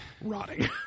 rotting